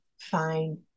find